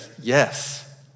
yes